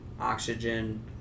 oxygen